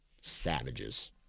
savages